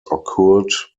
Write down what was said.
occurred